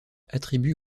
attribue